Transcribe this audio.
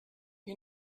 you